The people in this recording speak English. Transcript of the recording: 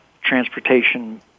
transportation